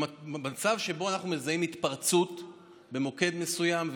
במצב שבו אנחנו מזהים התפרצות במוקד מסוים,